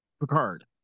Picard